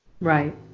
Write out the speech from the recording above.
Right